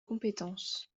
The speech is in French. compétence